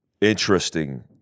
interesting